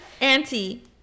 Auntie